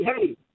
hey